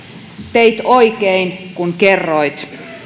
teit oikein kun kerroit